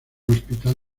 hospital